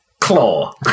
claw